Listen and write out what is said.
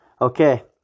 Okay